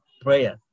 prayer